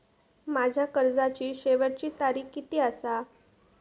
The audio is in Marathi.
माझ्या कर्जाची शेवटची तारीख किती आसा?